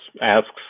asks